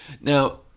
Now